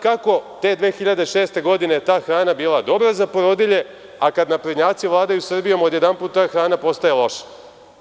Kako te 2006. godine je ta hrana bila dobra za porodilje, a kada naprednjaci vladaju Srbijom, odjedanput hrana postaje loša?